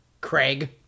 Craig